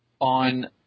On